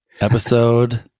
Episode